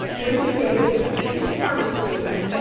where he gave his formal statement.